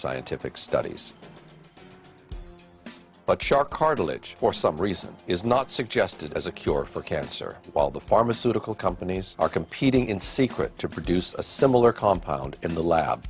scientific studies but shark cartilage for some reason is not suggested as a cure for cancer while the pharmaceutical companies are competing in secret to produce a similar compound in the lab